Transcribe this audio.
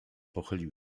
pochylił